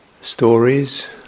stories